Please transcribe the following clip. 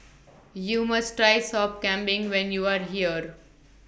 YOU must Try Sop Kambing when YOU Are here